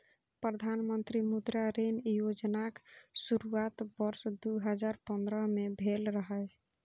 प्रधानमंत्री मुद्रा ऋण योजनाक शुरुआत वर्ष दू हजार पंद्रह में भेल रहै